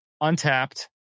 untapped